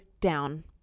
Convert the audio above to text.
down